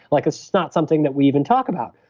like so not something that we even talk about.